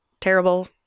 terrible